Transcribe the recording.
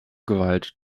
gewalt